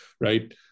right